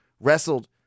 wrestled